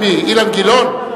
מי, אילן גילאון?